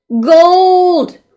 Gold